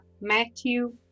matthew